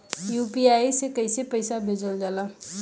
UPI से कइसे पैसा भेजल जाला?